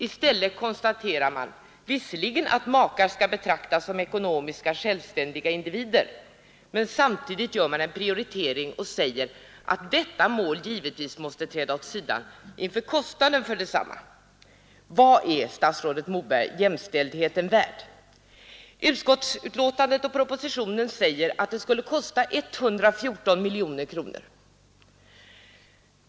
Visserligen konstaterar man att makar skall betraktas som ekonomiskt självständiga individer men samtidigt gör man en prioritering och säger att detta mål givetvis måste träda åt sidan inför kostnaden för detsamma. Vad är, statsrådet Moberg, jämställdheten värd? I betänkandet och propositionen sägs att ett slopande av prövningen gentemot makes ekonomi skulle kosta 114 miljoner kronor.